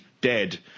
Dead